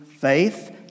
faith